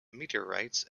meteorites